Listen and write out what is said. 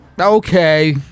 Okay